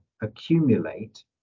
accumulate